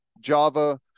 Java